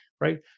right